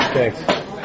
thanks